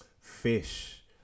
fish